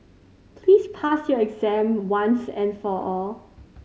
please pass your exam once and for all